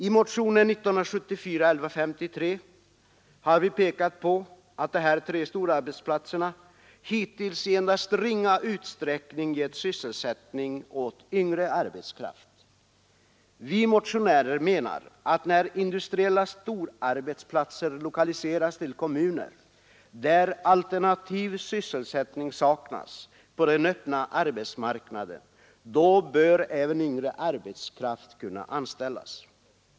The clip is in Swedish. I motionen 1153 år 1974 har vi pekat på att de här tre storarbetsplatserna i Övertorneå, Pajala och Överkalix hittills i endast ringa utsträckning givit sysselsättning åt yngre arbetskraft. Vi motionärer menar att när industriella storarbetsplatser lokaliseras till kommuner, där alternativ sysselsättning saknas på den öppna arbetsmarknaden, då bör även yngre arbetskraft kunna anställas.